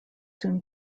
soon